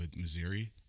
Missouri